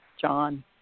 John